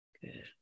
Good